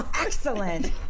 excellent